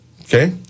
Okay